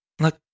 look